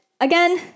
again